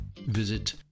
Visit